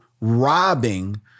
robbing